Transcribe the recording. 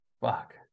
Fuck